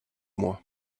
moi